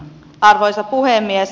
arvoisa puhemies